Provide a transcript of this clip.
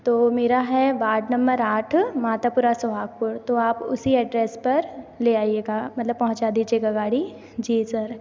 तो मेरा है वार्ड नंबर आठ मातापुरा सुहागपुर तो आप उसी एड्रेस पर ले आइएगा मतलब पहुँचा दीजिएगा गाड़ी जी सर